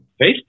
facebook